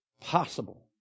possible